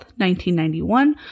1991